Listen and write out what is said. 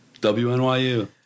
WNYU